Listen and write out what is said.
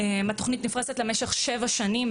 התוכנית נפרשת למשך שבע שנים,